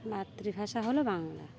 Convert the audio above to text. মাতৃভাষা হলো বাংলা